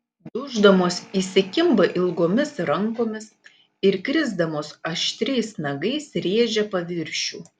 duždamos įsikimba ilgomis rankomis ir krisdamos aštriais nagais rėžia paviršių